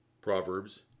Proverbs